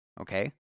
okay